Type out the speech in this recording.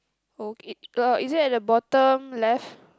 oh it uh is it at the bottom left